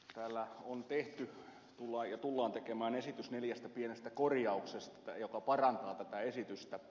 täällä on tehty ja tullaan tekemään esitys neljästä pienestä korjauksesta jotka parantavat tätä esitystä